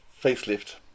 facelift